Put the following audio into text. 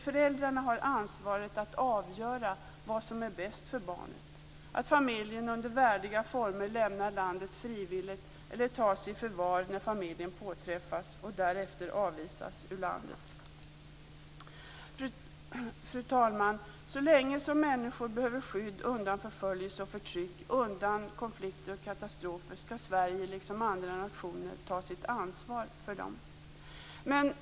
Föräldrarna har ansvaret att avgöra vad som är bäst för barnet - att familjen under värdiga former lämnar landet frivilligt eller tas i förvar när familjen påträffas och därefter avvisas ur landet. Fru talman! Så länge som människor behöver skydd undan förföljelse och förtryck, undan konflikter och katastrofer, skall Sverige liksom andra nationer ta sitt ansvar för dem.